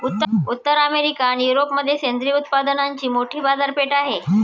उत्तर अमेरिका आणि युरोपमध्ये सेंद्रिय उत्पादनांची मोठी बाजारपेठ आहे